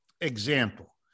example